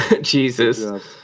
Jesus